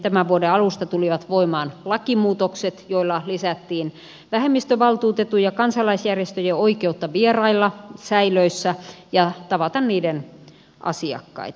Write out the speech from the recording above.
tämän vuoden alusta tulivat voimaan lakimuutokset joilla lisättiin vähemmistövaltuutetun ja kansalaisjärjestöjen oikeutta vierailla säilöissä ja tavata niiden asiakkaita